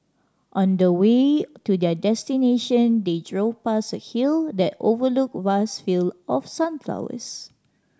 on the way to their destination they drove past a hill that overlooked vast field of sunflowers